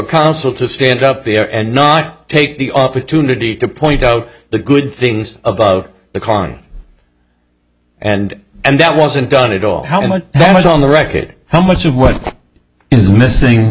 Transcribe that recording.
counsel to stand up there and not take the opportunity to point out the good things about the con and and that wasn't done it all how much that was on the record how much of what is missing